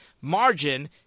margin